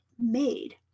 made